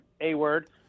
A-word